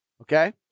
Okay